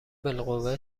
بالقوه